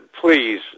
please